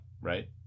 right